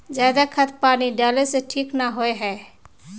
ज्यादा खाद पानी डाला से ठीक ना होए है?